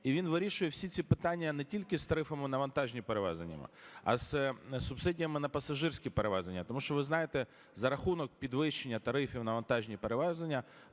і він вирішує всі ці питання не тільки з тарифами на вантажні перевезення, а з субсидіями на пасажирські перевезення. Тому що ви знаєте, за рахунок підвищення тарифів на вантажні перевезення